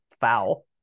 foul